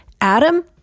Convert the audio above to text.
Adam